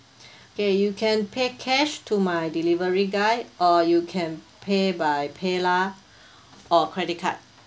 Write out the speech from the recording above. okay you can pay cash to my delivery guy or you can pay by paylah or credit card